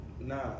Nah